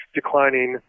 declining